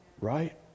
Right